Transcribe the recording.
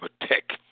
protect